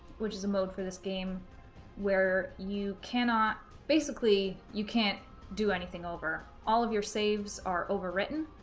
which is a mode for this game where you cannot basically you can't do anything over. all of your saves are overwritten,